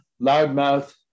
loudmouth